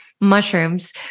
mushrooms